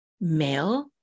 male